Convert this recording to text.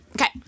Okay